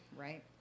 Right